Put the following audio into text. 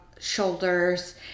shoulders